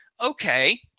Okay